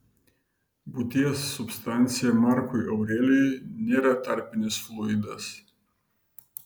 būties substancija markui aurelijui nėra tarpinis fluidas